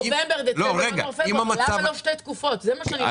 שתי תקופות.